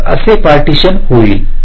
तर असे पार्टीशन होईल